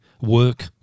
work